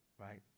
right